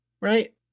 right